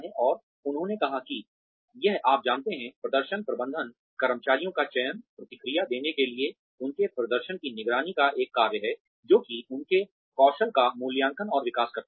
और उन्होंने कहा कि यह आप जानते हैं प्रदर्शन प्रबंधन कर्मचारियों का चयन प्रतिक्रिया देने के लिए उनके प्रदर्शन की निगरानी का एक कार्य है जो कि उनके कौशल का मूल्यांकन और विकास है